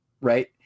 right